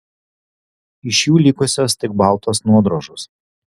iš jų likusios tik baltos nuodrožos